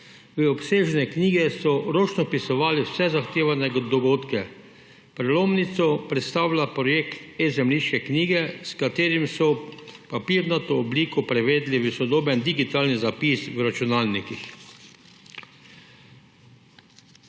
V obsežne knjige so ročno vpisovali vse zahtevane dogodke. Prelomnico predstavlja projekt e-zemljiške knjige, s katerim so papirnato obliko prevedli v sodoben digitalni zapis v računalnikih. To